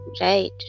Right